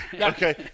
okay